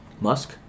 Musk